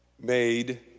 made